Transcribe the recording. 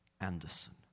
Anderson